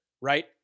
right